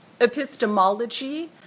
epistemology